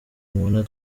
mubona